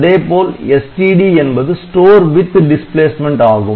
அதேபோல் STD என்பது Store with Displacement ஆகும்